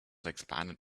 expanded